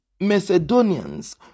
Macedonians